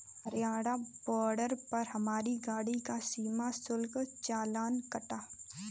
Haryana border पर हमारी गाड़ी का सीमा शुल्क चालान कटा